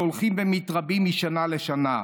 שהולכים ומתרבים משנה לשנה,